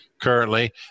currently